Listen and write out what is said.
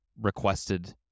requested